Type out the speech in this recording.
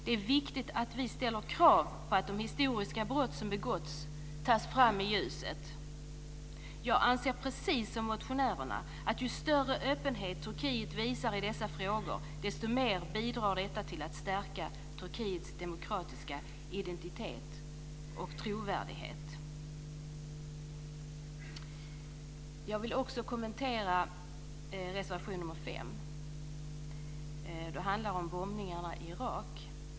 Det är viktigt att vi ställer krav på att de historiska brott som begåtts tas fram i ljuset. Jag anser precis som motionärerna att ju större öppenhet Turkiet visar i dessa frågor, desto mer bidrar detta till att stärka Turkiets demokratiska identitet och trovärdighet. Jag vill också kommentera reservation 5, som handlar om bombningarna i Irak.